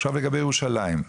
עכשיו לגבי ירושלים,